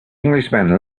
englishman